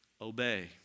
obey